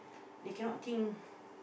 they cannot think